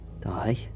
Die